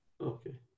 Okay